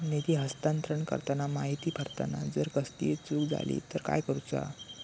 निधी हस्तांतरण करताना माहिती भरताना जर कसलीय चूक जाली तर काय करूचा?